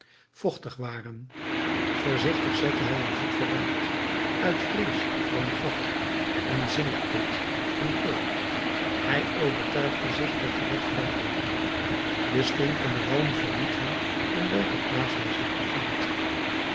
vochtig waren voorzichtig zette hij een voet vooruit uit vrees voor een gat een zinkput een kolk hij overtuigde zich dat de weg verder liep de stinkende walm verried hem in welke plaats hij zich bevond